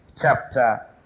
chapter